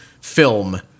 film